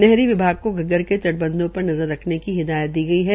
नहरी विभाग को घग्गर के तटबंधों पर नज़र रखने की हिदायत दी गई है